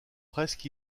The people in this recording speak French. presque